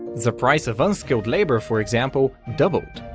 the price of unskilled labor, for example, doubled.